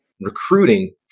recruiting